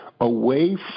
away